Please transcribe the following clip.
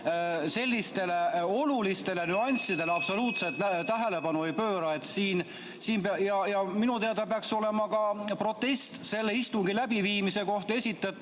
sellistele olulistele nüanssidele absoluutselt tähelepanu ei pööra. Ja minu teada peaks olema protest selle istungi läbiviimise kohta esitatud